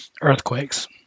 earthquakes